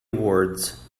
words